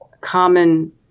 common